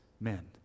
men